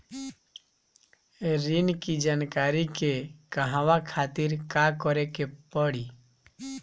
ऋण की जानकारी के कहवा खातिर का करे के पड़ी?